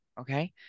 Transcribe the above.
Okay